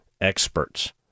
experts